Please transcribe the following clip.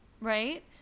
right